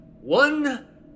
One